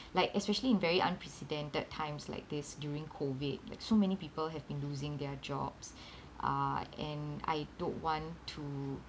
like especially in very unprecedented times like this during COVID like so many people have been losing their jobs uh and I don't want to